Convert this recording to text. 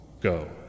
go